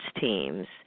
teams